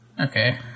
Okay